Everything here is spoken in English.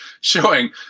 showing